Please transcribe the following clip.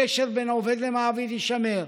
הקשר בין עובד למעביד יישמר,